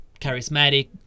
charismatic